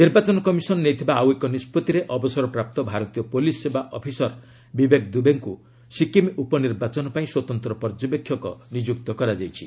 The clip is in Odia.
ନିର୍ବାଚନ କମିଶନ୍ ନେଇଥିବା ଆଉ ଏକ ନିଷ୍ପଭିରେ ଅବସରପ୍ରାପ୍ତ ଭାରତୀୟ ପ୍ରେଲିସ୍ ସେବା ଅଫିସର ବିବେକ ଦୁବେଙ୍କୁ ସିକିମ୍ ଉପନର୍ବାଚନ ପାଇଁ ସ୍ୱତନ୍ତ୍ର ପର୍ଯ୍ୟବେକ୍ଷକ ନିଯୁକ୍ତ କରାଯାଇଛି